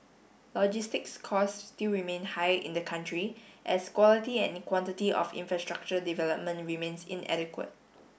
logistics costs still remain high in the country as quality and quantity of infrastructure development remains inadequate